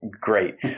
great